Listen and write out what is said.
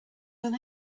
your